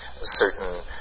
certain